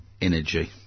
energy